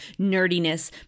nerdiness